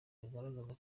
bigaragaza